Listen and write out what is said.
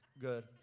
good